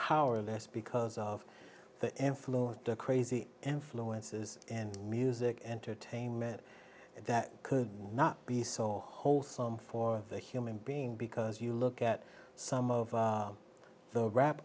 powerless because of the influence of the crazy influences in music entertainment that could not be so wholesome for the human being because you look at some of the rap